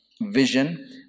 vision